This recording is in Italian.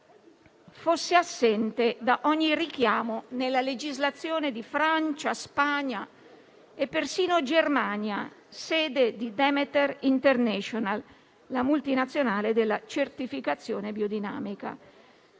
fosse assente da ogni richiamo nella legislazione di Francia, Spagna e persino Germania, sede di Demeter international, la multinazionale della certificazione biodinamica.